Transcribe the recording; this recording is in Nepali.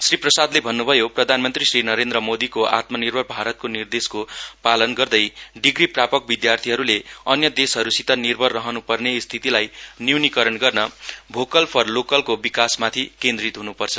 श्री प्रसादले भन्न्भयो प्रधानमन्त्री श्री नरेन्द्र मोदीको आत्मनिर्भर भारतको निर्देशको पालन गर्दै डिग्री प्रापक विद्यार्थीहरूले अन्य देशहरूसित निर्भर रहन्पर्ने स्थितिलाई न्यूनीकरण गर्न भोकल फर लोकलको विकासमाथि केन्द्रित हुन्पर्छ